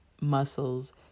muscles